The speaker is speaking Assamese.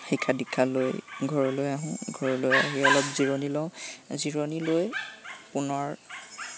শিক্ষা দীক্ষা লৈ ঘৰলৈ আহোঁ ঘৰলৈ আহি অলপ জিৰণি লওঁ জিৰণি লৈ পুনৰ